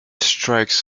strikes